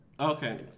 Okay